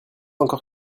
encore